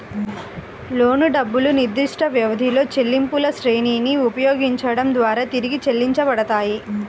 లోను డబ్బులు నిర్దిష్టవ్యవధిలో చెల్లింపులశ్రేణిని ఉపయోగించడం ద్వారా తిరిగి చెల్లించబడతాయి